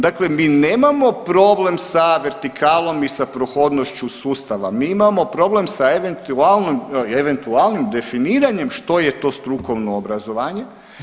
Dakle mi nemamo problem sa vertikalom i sa prohodnošću sustava, mi imamo problem sa eventualnim, eventualnim definiranjem što je to strukovno obrazovanje.